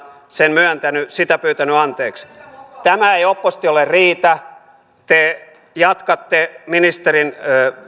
sen myöntänyt sitä pyytänyt anteeksi tämä ei oppositiolle riitä te jatkatte ministerin